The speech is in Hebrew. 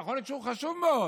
שיכול להיות שהוא חשוב מאוד,